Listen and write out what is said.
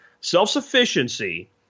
Self-sufficiency